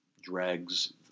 drags